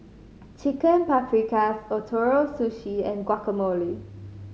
Chicken Paprikas Ootoro Sushi and Guacamole